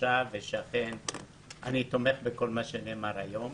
עכשיו ואני תומך בכל מה שנאמר היום,